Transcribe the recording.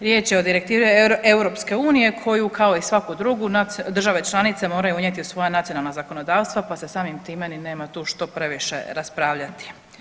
Riječ je o direktivi EU koju kao i svaku drugu države članice moraju unijeti u svoja nacionalna zakonodavstva, pa se samim time ni nema tu što previše raspravljati.